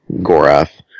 Gorath